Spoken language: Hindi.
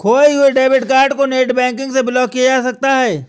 खोये हुए डेबिट कार्ड को नेटबैंकिंग से ब्लॉक किया जा सकता है